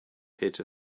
pit